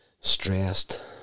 stressed